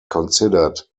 considered